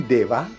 Deva